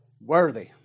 Worthy